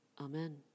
Amen